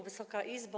Wysoka Izbo!